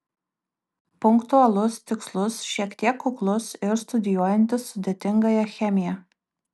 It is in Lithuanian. punktualus tikslus šiek tiek kuklus ir studijuojantis sudėtingąją chemiją